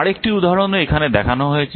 আরেকটি উদাহরণও এখানে দেখানো হয়েছে